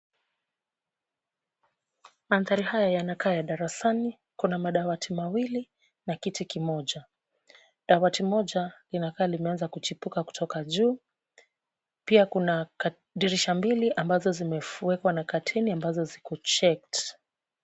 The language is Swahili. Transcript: Mandhari haya yanakaa ya darasani. Kuna madawati mawili na kiti kimoja, dawati moja linakaa limeanza kuchipuka kutoka juu pia kuna dirisha mbili ambazo zimefinikwa na kateni ambazo ziko shaped .